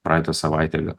praeitą savaitę gal